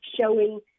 showing